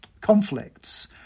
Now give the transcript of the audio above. conflicts